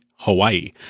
Hawaii